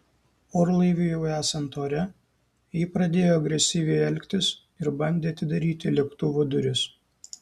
orlaiviui jau esant ore ji pradėjo agresyviai elgtis ir bandė atidaryti lėktuvo duris